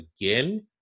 again